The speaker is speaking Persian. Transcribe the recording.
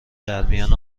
درمیان